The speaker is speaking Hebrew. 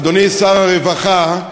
אדוני שר הרווחה,